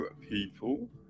people